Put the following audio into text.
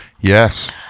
Yes